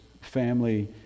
family